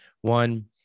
one